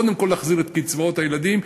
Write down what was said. קודם כול להחזיר את קצבאות הילדים,